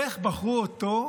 איך בחרו אותו,